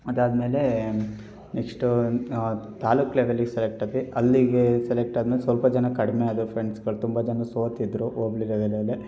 ಅದಾದಮೇಲೆ ನೆಕ್ಸ್ಟು ತಾಲ್ಲೂಕು ಲೆವೆಲಿಗೆ ಸೆಲೆಕ್ಟ್ ಆದ್ವಿ ಅಲ್ಲಿಗೆ ಸೆಲೆಕ್ಟ್ ಆದ್ಮೇಲೆ ಸ್ವಲ್ಪ ಜನ ಕಡಿಮೆಯಾದ್ರು ಫ್ರೆಂಡ್ಸ್ಗಳು ತುಂಬ ಜನ ಸೋತಿದ್ದರು ಹೋಬ್ಳಿ ಲೆವೆಲಲ್ಲಿ